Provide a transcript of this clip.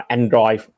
Android